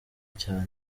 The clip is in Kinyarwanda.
cyane